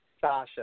Sasha